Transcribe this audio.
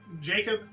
Jacob